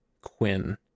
Quinn